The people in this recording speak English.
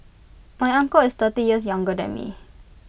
my uncle is thirty years younger than me